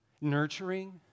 nurturing